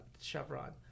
Chevron